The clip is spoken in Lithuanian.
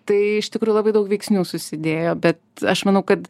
tai iš tikrųjų labai daug veiksnių susidėjo bet aš manau kad